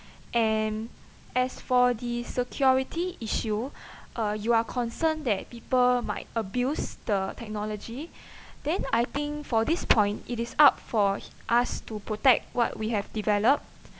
and as for the security issue uh you are concerned that people might abuse the technology then I think for this point it is up for us to protect what we have developed